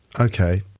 Okay